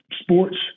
sports